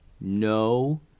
No